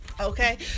Okay